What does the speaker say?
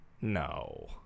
No